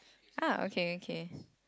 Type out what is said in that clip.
ah okay okay